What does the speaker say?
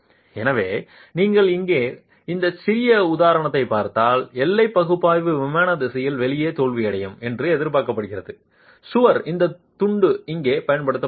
எனவே நீங்கள் இங்கே இந்த சிறிய உதாரணம் பார்த்தால் எல்லை பகுப்பாய்வு விமானம் திசையில் வெளியே தோல்வியடையும் என்று எதிர்பார்க்கப்படுகிறது சுவர் இந்த துண்டு இங்கே பயன்படுத்தப்படுகிறது